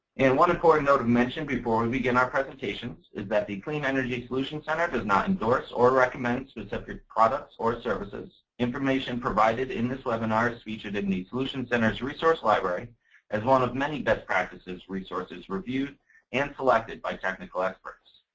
and one important note to mention before we begin our presentation is that the clean energy solutions center does not endorse or recommend specific products or services. information provided in this webinar is featured in the solutions centeris resource library as one of many best practices resources reviewed and selected by technical experts.